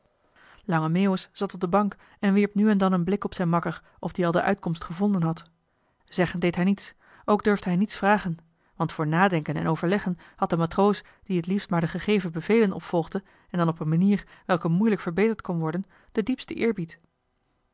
lange meeuwis zat op de bank en wierp nu en dan een blik op zijn makker of die al de uitkomst gevonden had zeggen deed hij niets ook durfde hij niets vragen want voor nadenken en overleggen had de matroos die het liefst maar de gegeven bevelen opvolgde en dan op een manier welke moeilijk verbeterd kon worden den diepsten eerbied